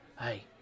Hey